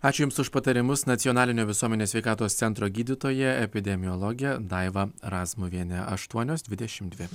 ačiū jums už patarimus nacionalinio visuomenės sveikatos centro gydytoja epidemiologė daiva razmuvienė aštuonios dvidešim dvi